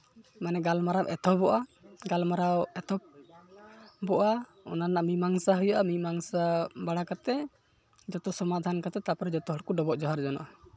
ᱢᱟᱱᱮ ᱜᱟᱞᱢᱟᱨᱟᱣ ᱮᱛᱚᱦᱚᱵᱚᱜᱼᱟ ᱜᱟᱞᱢᱟᱨᱟᱣ ᱮᱛᱚᱦᱚᱵᱚᱜᱼᱟ ᱚᱱᱟ ᱨᱮᱱᱟᱜ ᱢᱤᱢᱟᱝᱥᱟ ᱦᱩᱭᱩᱜᱼᱟ ᱢᱤᱢᱟᱝᱥᱟ ᱵᱟᱲᱟ ᱠᱟᱛᱮᱫ ᱡᱚᱛᱚ ᱥᱚᱢᱟᱫᱷᱟᱱ ᱠᱟᱛᱮᱫ ᱛᱟᱨᱯᱚᱨᱮ ᱡᱚᱛᱚᱦᱚᱲ ᱠᱚ ᱰᱚᱵᱚᱜ ᱡᱚᱦᱟᱨ ᱡᱚᱱᱚᱜᱼᱟ